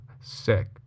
sick